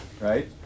right